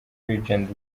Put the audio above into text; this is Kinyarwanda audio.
legend